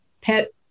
pet